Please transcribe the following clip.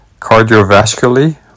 Cardiovascularly